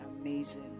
amazing